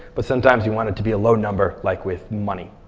but sometimes you want it to be a low number, like with money.